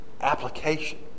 application